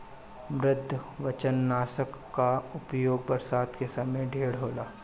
मृदुकवचनाशक कअ उपयोग बरसात के समय ढेर होला